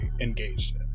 engaged